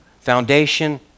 Foundation